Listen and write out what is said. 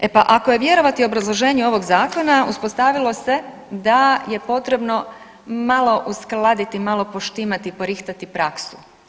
E pa ako je vjerovati obrazloženju ovog zakona uspostavilo se da je potrebno malo uskladiti, malo poštimati, porihtati praksu.